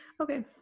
Okay